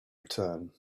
return